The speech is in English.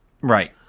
Right